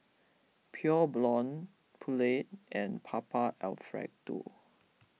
Pure Blonde Poulet and Papa Alfredo